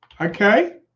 Okay